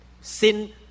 Sin